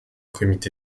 comité